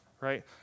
right